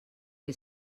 que